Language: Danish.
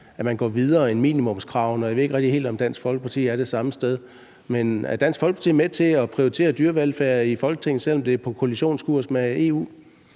at man går videre end minimumskravene, og jeg ved ikke helt, om Dansk Folkeparti er det samme sted. Er Dansk Forligsparti, her i Folketinget, med på at prioritere dyrevelfærd, selv om det er på koalitionskurs med EU?